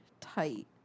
tight